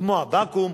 כמו הבקו"ם,